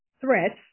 threats